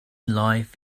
life